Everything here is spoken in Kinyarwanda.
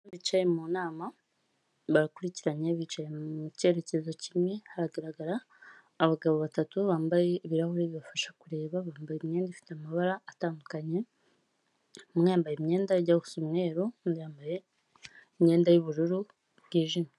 Umugore bicaye mu nama, bakurikiranye bicaye mu cyerekezo kimwe, hagaragara abagabo batatu bambaye ibirahuri bibafasha kureba, bambaye imyenda ifite amabara atandukanye, umwe yambaye imyenda ijya gusa umweru, undi yambaye imyenda yubururu bwijimye.